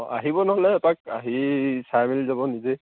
অঁ আহিব নহ'লে এপাক আহি চাই মেলি যাব নিজে